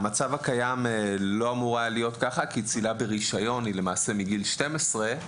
במצב הקיים צלילה ברישיון היא מגיל 12,